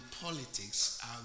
politics